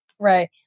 Right